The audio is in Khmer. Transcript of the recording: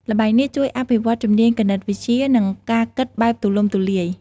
ល្បែងនេះជួយអភិវឌ្ឍជំនាញគណិតវិទ្យា និងការគិតបែបទូលំទូលាយ។